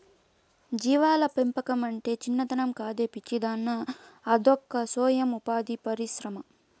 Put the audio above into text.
జీవాల పెంపకమంటే చిన్నతనం కాదే పిచ్చిదానా అదొక సొయం ఉపాధి పరిశ్రమ